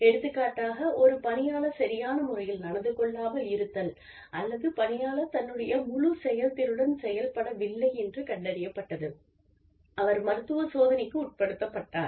எடுத்துக்காட்டாக ஒரு பணியாளர் சரியான முறையில் நடந்துகொள்ளாமல் இருத்தல் அல்லது பணியாளர் தன்னுடைய முழு செயல்திறனுடன் செயல்படவில்லை என்று கண்டறியப்பட்டது அவர் மருத்துவ சோதனைக்கு உட்படுத்தப்பட்டார்